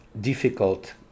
difficult